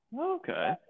okay